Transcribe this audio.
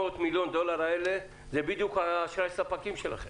מיליון דולר האלה זה בדיוק אשראי הספקים שלכם.